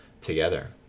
together